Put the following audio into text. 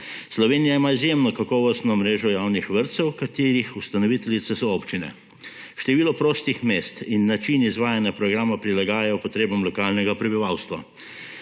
Slovenija ima izjemno kakovostno mrežo javnih vrtcev, katerih ustanoviteljice so občine. Število prostih mest in način izvajanja programa prilagajajo potrebam lokalnega prebivalstva.